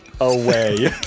away